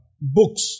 books